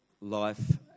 life